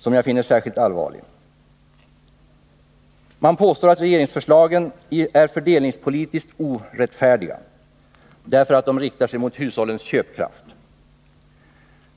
som jag finner särskilt allvarlig. Man påstår att regeringsförslagen är fördelningspolitiskt orättfärdiga, därför att de riktar sig mot hushållens köpkraft.